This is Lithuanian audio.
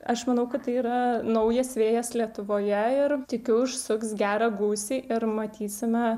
aš manau kad tai yra naujas vėjas lietuvoje ir tikiu užsuks gerą gūsį ir matysime